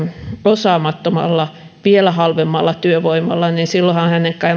osaamattomalla vielä halvemmalla työvoimalla niin silloinhan